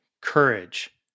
courage